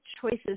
choices